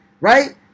right